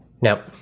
Now